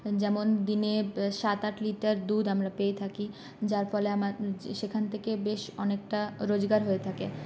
যেমন দিনে সাত আট লিটার দুধ আমরা পেয়ে থাকি যার ফলে আমার সেখান থেকে বেশ অনেকটা রোজগার হয়ে থাকে